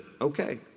okay